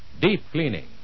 deep-cleaning